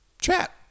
chat